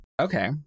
Okay